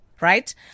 right